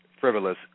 frivolous